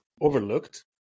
overlooked